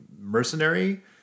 mercenary